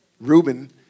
Ruben